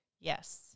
Yes